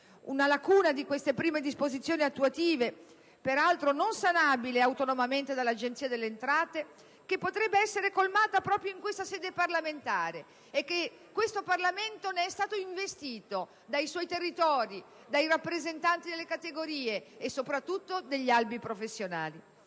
una lacuna di queste prime disposizioni attuative - peraltro non sanabile autonomamente dall'Agenzia delle entrate - che potrebbe essere colmata proprio in questa sede parlamentare, poiché questo Parlamento ne è stato investito dai territori**,** dai rappresentanti delle categorie e, soprattutto, degli albi professionali